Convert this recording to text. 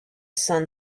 son